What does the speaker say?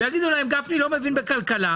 ויגידו להם: גפני לא מבין בכלכלה,